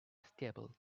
stable